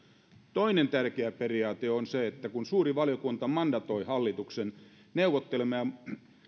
toinen tärkeä periaate on se että kun suuri valiokunta mandatoi hallituksen neuvottelemaan